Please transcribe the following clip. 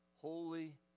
holy